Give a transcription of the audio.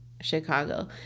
chicago